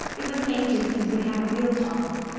it was ages since we'd had a real talk.